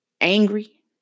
angry